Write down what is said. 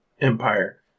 empire